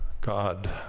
God